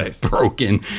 broken